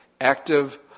active